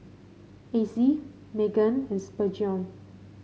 Acey Meggan and Spurgeon